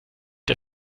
der